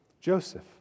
Joseph